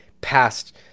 passed